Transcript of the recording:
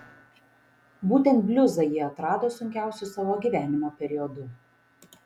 būtent bliuzą ji atrado sunkiausiu savo gyvenimo periodu